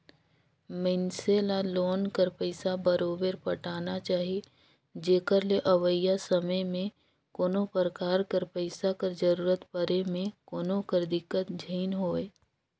मइनसे ल लोन कर पइसा बरोबेर पटाना चाही जेकर ले अवइया समे में कोनो परकार कर पइसा कर जरूरत परे में कोनो कर दिक्कत झेइन होए